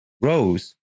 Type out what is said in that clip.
Rose